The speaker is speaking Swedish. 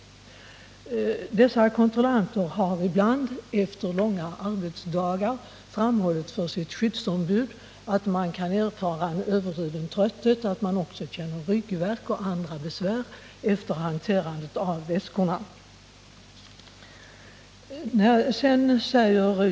Dessa kontrollanter har framhållit för sitt skyddsombud att de efter långa arbetsdagar kan känna onormal trötthet samt ha ryggvärk och andra besvär efter hanterandet av väskorna.